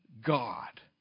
God